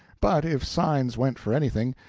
but, if signs went for anything,